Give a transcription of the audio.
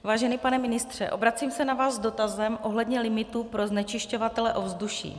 Vážený pane ministře, obracím se na vás s dotazem ohledně limitů pro znečišťovatele ovzduší.